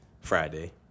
Friday